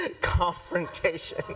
Confrontation